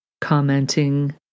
commenting